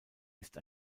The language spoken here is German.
ist